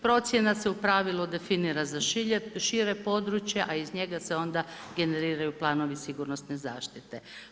Procjena se u pravilu definira za šire područje a iz njega se onda generiraju planovi sigurnosne zaštite.